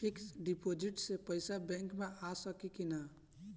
Fix deposit से पैसा bank मे आ सकी कि ना?